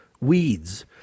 weeds